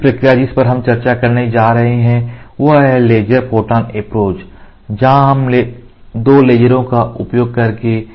अगली प्रक्रिया जिस पर हम चर्चा करने जा रहे हैं वह है लेजर फोटॉन अप्रोच यहाँ हम 2 लेज़रों का उपयोग करते हैं